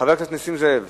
חבר הכנסת נסים זאב,